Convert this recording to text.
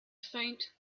faint